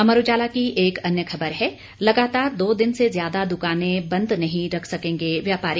अमर उजाला की एक अन्य सुर्खी है लगातार दो दिन से ज्यादा दुकाने बंद नहीं रख सकेंगे व्यापारी